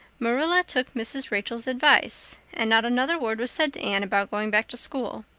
marilla took mrs. rachel's advice and not another word was said to anne about going back to school.